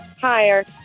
Higher